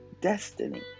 destiny